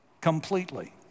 completely